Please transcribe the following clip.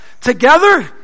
Together